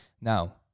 Now